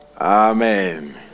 Amen